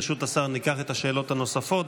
ברשות השר ניקח את השאלות הנוספות,